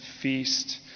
feast